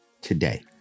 today